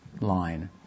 line